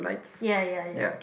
ya ya ya